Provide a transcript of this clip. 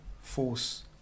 force